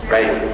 Right